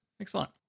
Excellent